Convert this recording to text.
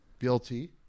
BLT